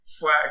flat